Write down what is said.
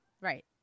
Right